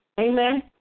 Amen